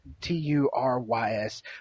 T-U-R-Y-S